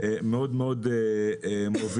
מאוד מאוד מובילים.